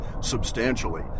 substantially